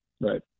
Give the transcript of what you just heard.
Right